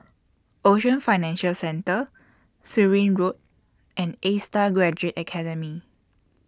Ocean Financial Centre Surin Road and A STAR Graduate Academy